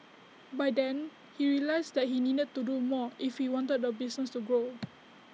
by then he realised that he needed to do more if he wanted the business to grow